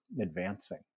advancing